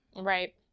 right